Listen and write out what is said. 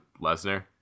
Lesnar